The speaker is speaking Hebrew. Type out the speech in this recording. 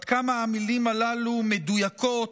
עד כמה המילים הללו מדויקות,